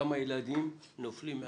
כמה ילדים נופלים מהקריטריונים,